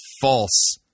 false